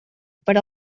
per